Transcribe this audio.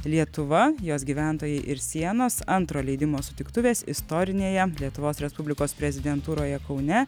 lietuva jos gyventojai ir sienos antro leidimo sutiktuvės istorinėje lietuvos respublikos prezidentūroje kaune